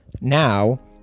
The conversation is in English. Now